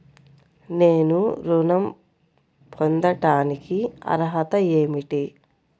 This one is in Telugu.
నేను ఋణం పొందటానికి అర్హత ఏమిటి?